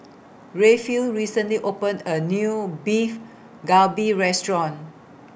Rayfield recently opened A New Beef Galbi Restaurant